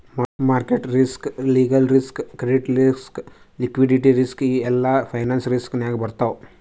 market risk, legal risk, credit risk, liquidity risk ಎಲ್ಲಾ finance risk ನಾಗೆ ಬರ್ತಾವ್